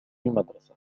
المدرسة